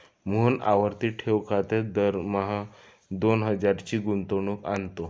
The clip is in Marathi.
मोहन आवर्ती ठेव खात्यात दरमहा दोन हजारांची गुंतवणूक करतो